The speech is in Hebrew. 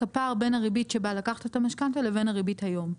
כפער בין הריבית שבה לקחת את המשכנתא לבין הריבית היום.